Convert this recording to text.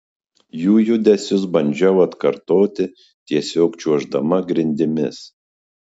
jų judesius bandžiau atkartoti tiesiog čiuoždama grindimis